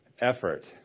effort